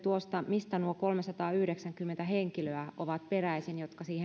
mistä ovat peräisin nuo kolmesataayhdeksänkymmentä henkilöä jotka